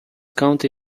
county